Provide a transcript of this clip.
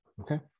okay